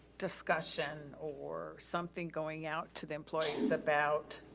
discussion or something going out to the employees about